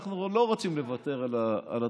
אנחנו לא רוצים לוותר על התוספת.